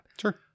sure